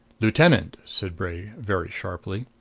lieutenant, said bray very sharply,